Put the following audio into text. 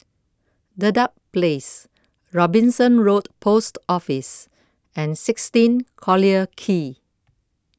Dedap Place Robinson Road Post Office and sixteen Collyer Quay